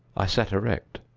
i sat erect.